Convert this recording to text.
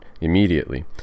immediately